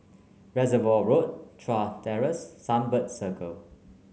Reservoir Road Chuan Terrace Sunbird Circle